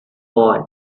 boy